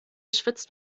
schwitzt